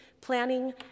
planning